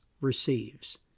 receives